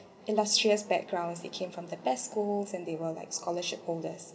illustrious backgrounds they came from the best schools and they will like scholarship holders